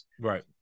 right